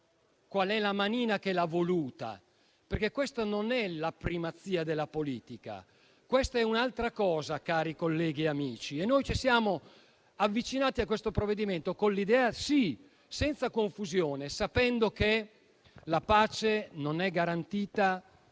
quale manina lo ha voluto. Perché questa non è la primazia della politica: questa è un'altra cosa, cari colleghi e amici. Noi ci siamo avvicinati a questo provvedimento senza confusione, sapendo che la pace non è garantita dalla